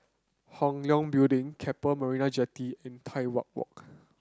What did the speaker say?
Hong Leong Building Keppel Marina Jetty and Tai Hwan Walk